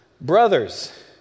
Brothers